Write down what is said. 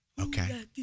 Okay